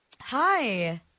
Hi